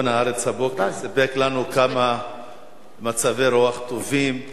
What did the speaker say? עיתון "הארץ" הבוקר סיפק לנו כמה מצבי רוח טובים,